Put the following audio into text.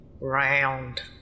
round